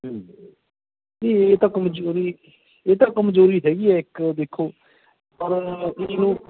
ਨਹੀਂ ਇਹ ਤਾਂ ਕਮਜ਼ੋਰੀ ਇਹ ਤਾਂ ਕਮਜ਼ੋਰੀ ਹੈਗੀ ਹੈ ਇੱਕ ਦੇਖੋ ਪਰ